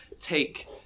take